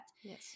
yes